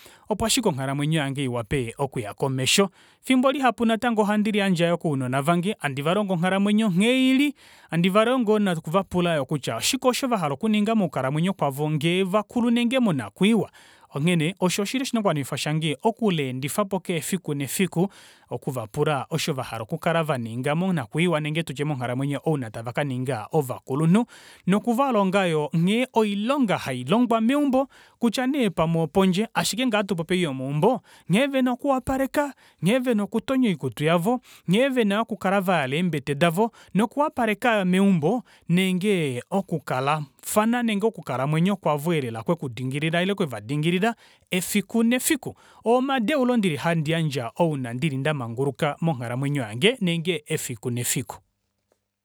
Opo ashike onghalamwenyo yange iwape okuya komesho efimbo lihapu natango ohandi liyandje yoo kounona vange handi valongo onghalamwenyo nghee ili handi valongo yoo noku vapula yoo kutya oshike oosho vahala okuninga mokukalamwenyo kwavo ngee vakulu nenge monakwiiwa ongheene osho shili oshinakuwanifwa shange okuleendifapo efiku nefiku okuvapula osho vahala okukala vaninga monakwiiwa nenge tutye monghalamwenyo ouna tava kaninga ovakulunhu nokuvalonga yoo nghee oilonga hailongwa meumbo kutya nee pamwe opondje ashike ngee ohatupopi ei yomeumbo nghee vena oku wapaleka nghee vena okutonya oikutu yavo nghee vena yoo okukala vayala eembete davo noku wapaleka yoo meumbo nenge okukalafana nenge okukalamwenyo kwavo elela kwekudingilila ile kwevadingilila efiku nefiku oo omadeulo ndili handi yandje ouna ndili ndamanguluka monghalamwenyo yange nenge efiku nefiku